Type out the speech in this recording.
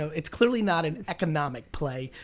it's clearly not an economic play.